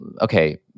okay